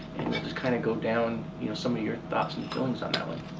just kind of go down you know some of your thoughts and feelings on that one.